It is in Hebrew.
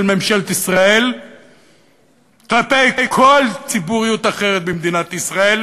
של ממשלת ישראל כלפי כל ציבוריות אחרת במדינת ישראל,